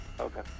Okay